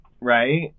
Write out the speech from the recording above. Right